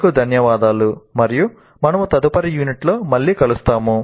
మీకు ధన్యవాదాలు మరియు మనము తదుపరి యూనిట్లో మళ్ళీ కలుస్తాము